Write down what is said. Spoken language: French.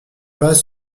pas